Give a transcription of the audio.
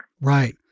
Right